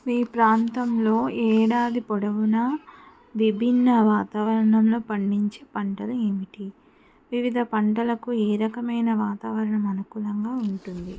మీ ప్రాంతంలో ఏడాది పొడవునా విభిన్న వాతావరణంలో పండించే పంటలు ఏమిటి వివిధ పంటలకు ఏ రకమైన వాతావరణం అనుకూలంగా ఉంటుంది